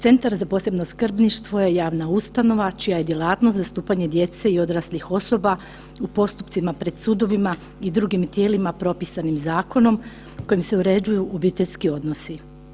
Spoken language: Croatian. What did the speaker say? Centar za posebno skrbništvo je javna ustanova čija je djelatnost zastupanje djece i odraslih osoba u postupcima pred sudovima i drugim tijelima propisanim zakonom kojim se uređuju obiteljski odnosi.